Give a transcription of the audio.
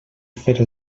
fer